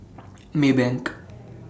Maybank